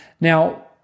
Now